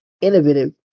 innovative